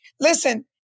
listen